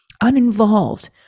uninvolved